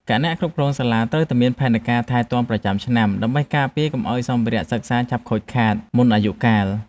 គណៈគ្រប់គ្រងសាលាត្រូវតែមានផែនការថែទាំប្រចាំឆ្នាំ ដើម្បីការពារកុំឱ្យសម្ភារៈសិក្សាឆាប់ខូចខាតមុនអាយុកាល។